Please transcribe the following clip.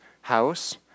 house